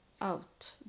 out